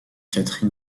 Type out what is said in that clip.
catherine